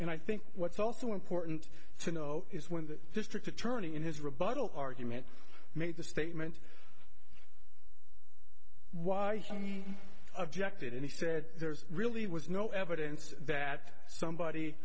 and i think what's also important to note is when the district attorney in his rebuttal argument made the statement why he objected and he said there's really was no evidence that somebody